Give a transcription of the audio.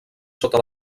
sota